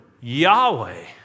Yahweh